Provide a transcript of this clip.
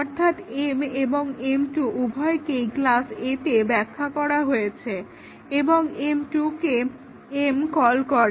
অর্থাৎ m এবং m2 উভয়কেই ক্লাস A তে ব্যাখ্যা করা হয়েছে এবং m2 কে m কল করে